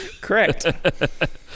Correct